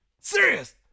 Serious